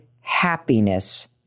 happiness